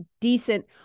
decent